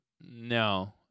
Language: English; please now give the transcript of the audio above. no